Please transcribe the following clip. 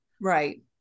Right